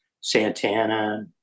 Santana